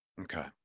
Okay